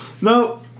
No